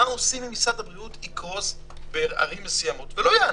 מה עושים אם משרד הבריאות בערים מסוימות יקרוס ולא יענה?